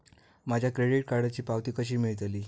माझ्या क्रेडीट कार्डची पावती कशी मिळतली?